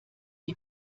die